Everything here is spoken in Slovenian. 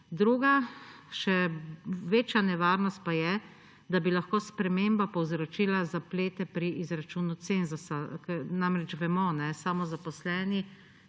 Druga, še večja nevarnost pa je, da bi lahko sprememba povzročila zaplete pri izračunu cenzusa, ker namreč vemo, samozaposleni